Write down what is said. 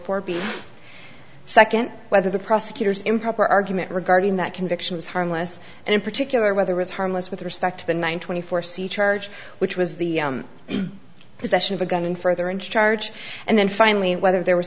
for second whether the prosecutor's improper argument regarding that conviction was harmless and in particular whether was harmless with respect to the nine twenty four c charge which was the possession of a gun and further in charge and then finally whether there was